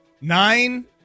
Nine